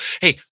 Hey